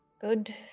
good